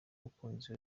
umukunzi